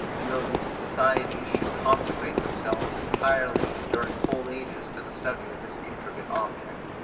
and though these societies should consecrate themselves, entirely and during whole ages, to the study of this intricate object.